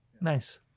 Nice